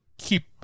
keep